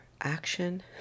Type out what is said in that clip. action